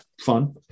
fun